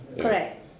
Correct